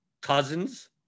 Cousins